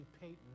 Payton